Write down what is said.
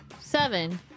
seven